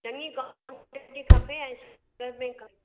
चङी खपे ऐं खपे